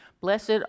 Blessed